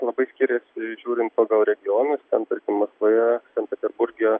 labai skiriasi žiūrint pagal regionus tarkim maskvoje sankt peterburge